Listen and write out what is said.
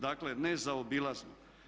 Dakle, nezaobilazno.